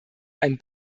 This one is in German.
einen